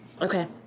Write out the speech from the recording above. Okay